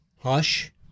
Hush